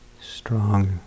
strong